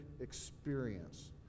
experience